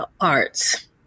arts